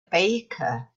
baker